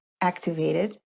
activated